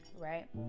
right